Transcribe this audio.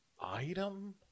Item